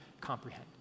comprehend